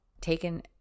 taken